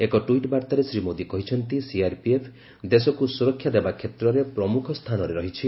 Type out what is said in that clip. ଏକ ଟ୍ୱିଟ୍ ବାର୍ତ୍ତାରେ ଶ୍ରୀ ମୋଦୀ କହିଚ୍ଚନ୍ତି ସିଆର୍ପିଏଫ୍ ଦେଶକୁ ସୁରକ୍ଷା ଦେବା କ୍ଷେତ୍ରରେ ପ୍ରମୁଖ ସ୍ଥାନରେ ରହିଛି